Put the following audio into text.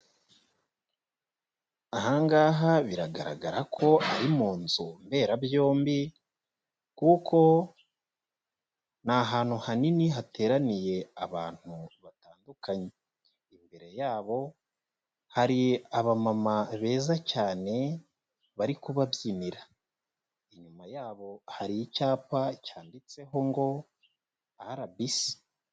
Aha ngaha biragaragara ko ari mu nzu mberabyombi, kuko ni ahantu hanini hateraniye abantu batandukanye. Imbere yabo hari abamama beza cyane bari kubabyinira. Inyuma yabo hari icyapa cyanditseho ngo RBC.